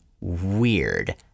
weird